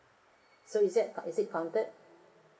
so is that is it counted